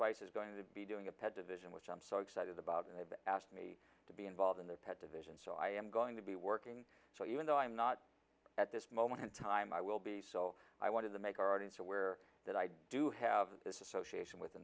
spice is going to be doing a pet division which i'm so excited about and they've asked me to be involved in their pet division so i am going to be working so even though i'm not at this moment in time i will be so i wanted to make our audience aware that i do have this association with